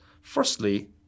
Firstly